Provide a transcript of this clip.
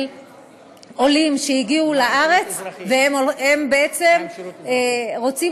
עולים שהגיעו לארץ והם בעצם רוצים